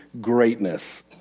greatness